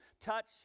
touch